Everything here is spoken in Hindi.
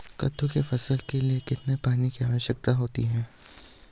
कद्दू की फसल के लिए कितने पानी की आवश्यकता होती है?